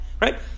right